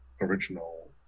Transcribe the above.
original